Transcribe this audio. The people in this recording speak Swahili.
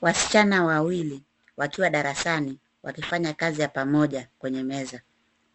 Wasichana wawili wakiwa darasani, wakifanya kazi ya pamoja kwenye meza.